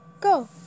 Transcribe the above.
Go